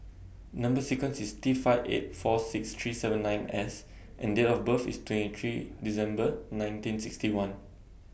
Number sequence IS T five eight four six three seven nine S and Date of birth IS twenty three December nineteen sixty one